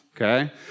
Okay